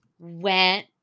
went